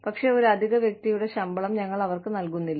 പക്ഷേ ഒരു അധിക വ്യക്തിയുടെ ശമ്പളം ഞങ്ങൾ അവർക്ക് നൽകുന്നില്ല